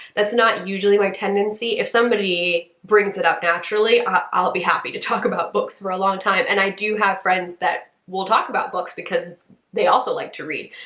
that's not usually my tendency. if somebody brings it up naturally ah i'll be happy to talk about books for a long time and i do have friends that will talk about books because they also like to read,